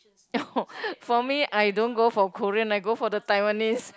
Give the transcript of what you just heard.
oh for me I don't go for the Korean I go for the Taiwanese